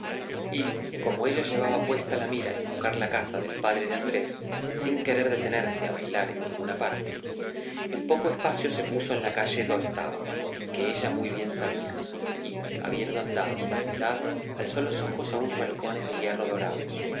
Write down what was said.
y como ella llevaba puesta la mira en buscar la casa del padre de andrés sin querer detenerse a bailar en ninguna parte en poco espacio se puso en la calle do estaba que ella muy bien sabía y habiendo andado hasta la mitad alzó los ojos a unos balcones de hierro dorados que